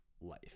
life